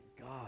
God